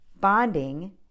bonding